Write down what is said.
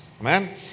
Amen